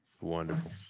Wonderful